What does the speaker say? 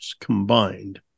combined